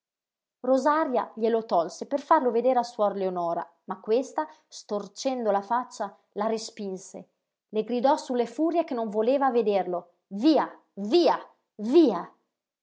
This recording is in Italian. rosaria glielo tolse per farlo vedere a suor leonora ma questa storcendo la faccia la respinse le gridò sulle furie che non voleva vederlo via via via